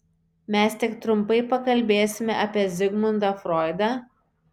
mes tik trumpai pakalbėsime apie zigmundą froidą